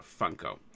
Funko